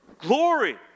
glory